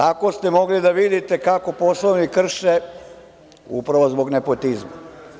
Tako ste mogli da vidite kako Poslovnik krše upravo zbog nepotizma.